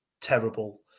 terrible